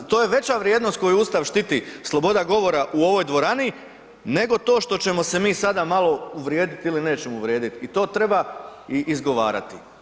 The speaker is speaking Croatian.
I zato, to je veća vrijednost koju Ustav štiti sloboda govora u ovoj dvorani nego to što ćemo se mi sada malo vrijediti ili nećemo uvrijediti i to treba izgovarati.